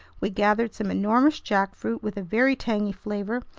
we gathered some enormous jackfruit with a very tangy flavor,